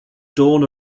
dawn